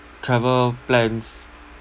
travel plans